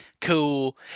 cool